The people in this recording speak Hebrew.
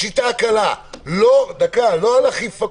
לא על אכיפה.